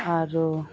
আৰু